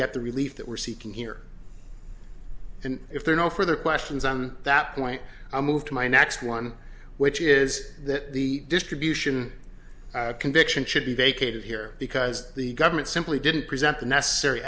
get the relief that we're seeking here and if there are no further questions on that point i moved to my next one which is that the distribution conviction should be vacated here because the government simply didn't present the necessary